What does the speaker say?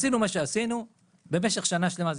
עשינו מה שעשינו במשך שנה שלמה זה